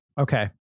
okay